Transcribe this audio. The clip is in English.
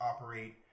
operate